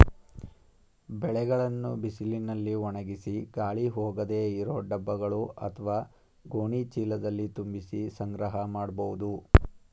ಬೆಳೆಗಳನ್ನು ಬಿಸಿಲಿನಲ್ಲಿ ಒಣಗಿಸಿ ಗಾಳಿ ಹೋಗದೇ ಇರೋ ಡಬ್ಬಗಳು ಅತ್ವ ಗೋಣಿ ಚೀಲದಲ್ಲಿ ತುಂಬಿಸಿ ಸಂಗ್ರಹ ಮಾಡ್ಬೋದು